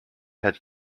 had